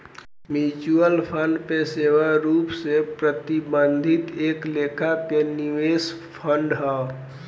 mutual fund पेशेवर रूप से प्रबंधित एक लेखा के निवेश फंड हा